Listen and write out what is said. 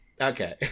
Okay